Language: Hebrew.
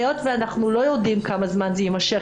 היות ואנחנו לא יודעים כמה זה יימשך,